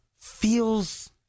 feels